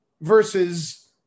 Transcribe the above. versus